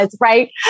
right